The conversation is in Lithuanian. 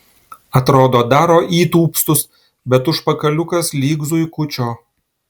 atrodo daro įtūpstus bet užpakaliukas lyg zuikučio